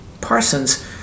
Parsons